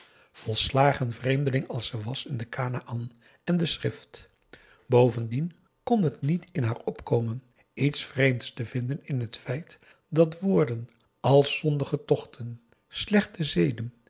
volslagen vreemdelinge als ze was in kanaän en de schrift bovendien kon het niet in haar opkomen iets vreemds te vinden in het feit dat woorden als zondige tochten slechte zeden